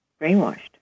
brainwashed